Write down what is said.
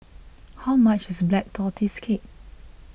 how much is Black Tortoise Cake